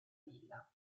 villa